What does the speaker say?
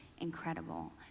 incredible